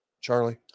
charlie